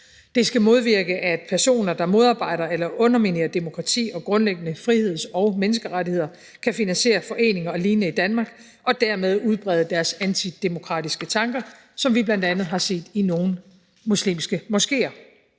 Det skal modvirke, at personer, der modarbejder eller underminerer demokratiet og de grundlæggende friheds- og menneskerettigheder, kan finansiere foreninger og lignende i Danmark og dermed udbrede deres antidemokratiske tanker, som vi bl.a. har set i nogle muslimske moskéer.